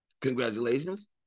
Congratulations